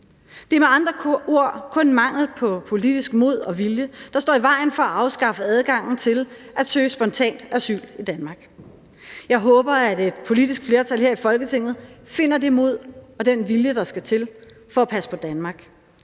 Det er med andre ord kun mangel på politisk mod og vilje, der står i vejen for at afskaffe adgangen til at søge spontan asyl i Danmark. Jeg håber, at et politisk flertal her i Folketinget finder det mod og den vilje, der skal til for at passe på Danmark.